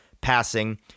passing